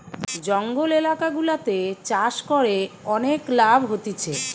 জঙ্গল এলাকা গুলাতে চাষ করে অনেক লাভ হতিছে